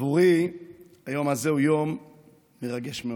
עבורי היום הזה הוא יום מרגש מאוד,